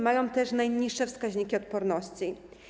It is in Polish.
mają też najniższe wskaźniki odporności.